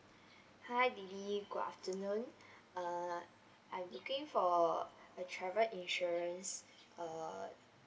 hi lily good afternoon uh I'm looking for a travel insurance uh